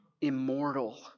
immortal